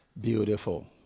Beautiful